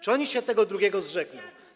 Czy oni się tego drugiego zrzekną?